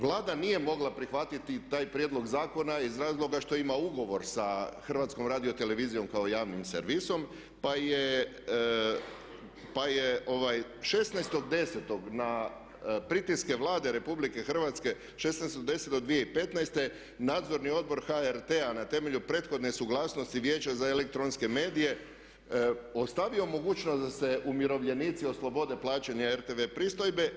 Vlada nije mogla prihvatiti taj prijedlog zakona iz razloga što ima ugovor sa HRT-om kao javnim servisom pa je 16.10. na pritiske Vlade Republike Hrvatske 16.10.2015. nadzorni Odbor HRT-a na temelju prethodne suglasnosti Vijeća za elektronske medije ostavio mogućnost da se umirovljenici oslobode plaćanja RTV pristojbe.